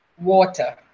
Water